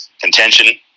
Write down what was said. contention